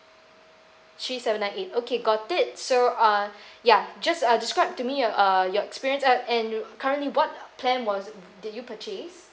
three seven nine eight okay got it so uh ya just uh describe to me err your experience at and currently what plan was did you purchase